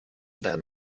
der